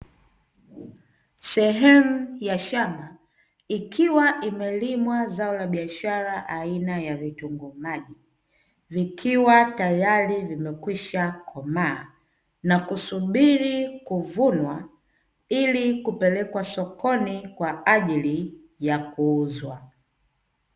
Sehemu ya shamba ikiwa imelimwa zao la biashara aina ya vitunguu maji, vikiwa tayari vimekwisha komaa, na kusubiri kuvunwa ili kupelekwa sokoni kwa ajili ya kuuzwa.